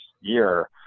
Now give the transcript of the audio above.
year